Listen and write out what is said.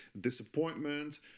disappointment